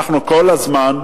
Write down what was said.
אנחנו כל הזמן,